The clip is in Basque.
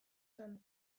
zen